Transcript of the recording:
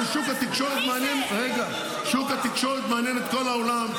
שוק התקשורת מעניין את כל העולם,